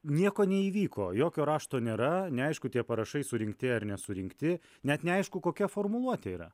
nieko neįvyko jokio rašto nėra neaišku tie parašai surinkti ar nesurinkti net neaišku kokia formuluotė yra